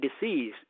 disease